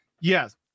Yes